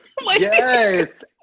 yes